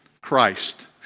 Christ